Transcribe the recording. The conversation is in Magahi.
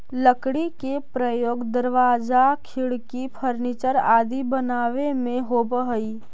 लकड़ी के प्रयोग दरवाजा, खिड़की, फर्नीचर आदि बनावे में होवऽ हइ